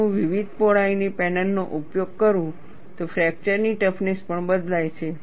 જો હું વિવિધ પહોળાઈની પેનલ નો ઉપયોગ કરું તો ફ્રેક્ચરની ટફનેસ પણ બદલાય છે